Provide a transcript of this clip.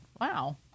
Wow